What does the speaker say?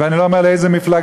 ואני לא אומר לאיזו מפלגה,